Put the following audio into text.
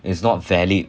is not valid